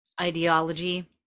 ideology